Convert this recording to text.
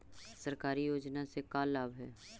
सरकारी योजना से का लाभ है?